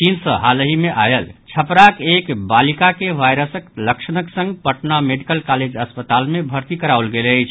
चीन सँ हांलहि मे आयल छपराक एक बालिका के वायरसक लक्षणक संग पटना मेडिकल कॉलेज अस्पताल मे भर्ती कराओल गेल अछि